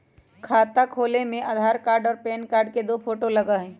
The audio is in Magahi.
खाता खोले में आधार कार्ड और पेन कार्ड और दो फोटो लगहई?